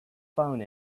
phone